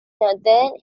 northern